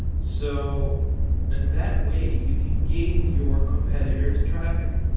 so and that way you can gain your competitors' traffic.